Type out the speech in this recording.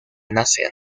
nacer